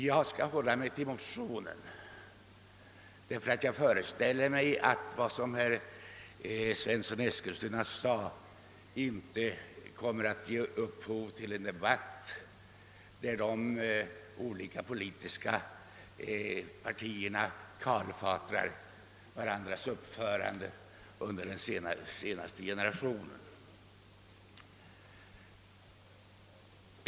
Jag skall hålla mig till motionen, därför att jag föreställer mig att vad herr Svensson i Eskilstuna sade inte kommer att ge upphov till en debatt, där de olika politiska partierna kalfatrar varandras uppförande under den senaste generationen.